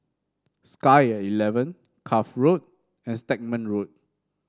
Sky at Eleven Cuff Road and Stagmont Road